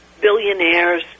billionaires